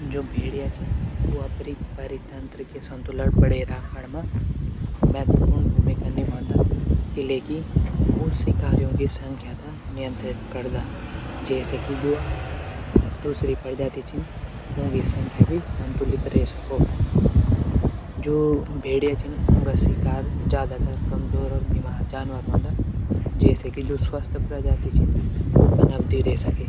जू भेडिया छन परित्रंत का संतुलन बणे रखण मा महत्वपूर्ण भूमिका निभांदा। इलेकी उ शिकारियों की संख्या थै नियंत्रित करदा। जैसी की जू दूशरी प्रजाति छन ऊकी संख्या भी संतुलित रै साको। जू भेडिये छन ऊक शिकार ज्यादातर कमजोर और बिमार जानवर हूंदा। जैसे की जू स्वस्थ प्रजाति छन।।उ पन्बदी रै साके।